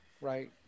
right